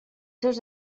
seus